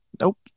Nope